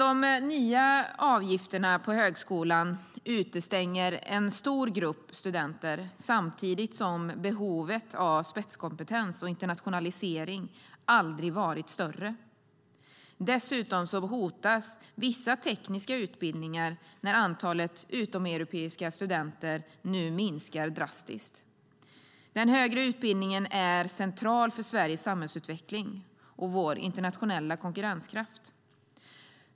De nya avgifterna på högskolan utestänger en stor grupp studenter samtidigt som behovet av spetskompetens och internationalisering aldrig varit större. Dessutom hotas vissa tekniska utbildningar när antalet utomeuropeiska studenter nu minskar drastiskt. Den högre utbildningen är central för Sveriges samhällsutveckling och för vår internationella konkurrenskraft.